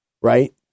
right